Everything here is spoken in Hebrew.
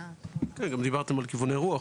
גם דיברתם על כיווני רוח.